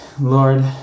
Lord